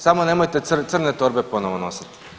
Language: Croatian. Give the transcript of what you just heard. Samo nemojte crne torbe ponovo nositi.